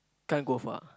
can't go far